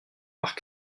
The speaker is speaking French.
par